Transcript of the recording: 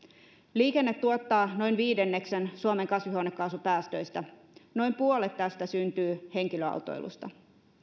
liikenne tuottaa noin viidenneksen suomen kasvihuonekaasupäästöistä ja noin puolet tästä syntyy henkilöautoilusta